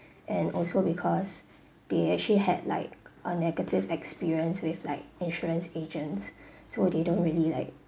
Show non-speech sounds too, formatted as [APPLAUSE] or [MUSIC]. and also because [BREATH] they actually had like a negative experience with like insurance agents [BREATH] so they don't really like